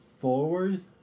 forward